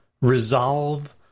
resolve